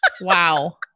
Wow